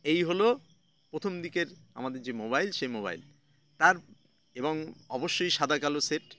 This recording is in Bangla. এই হলো প্রথম দিকের আমাদের যে মোবাইল সেই মোবাইল তার এবং অবশ্যই সাদাকালো সেট